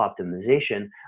optimization